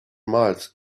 miles